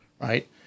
right